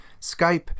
Skype